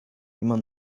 immer